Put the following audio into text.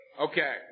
Okay